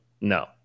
No